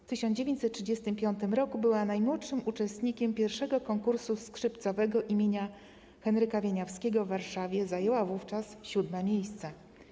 W 1935 r. była najmłodszym uczestnikiem I konkursu skrzypcowego im. Henryka Wieniawskiego w Warszawie, zajęła wówczas siódme miejsce.